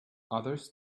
others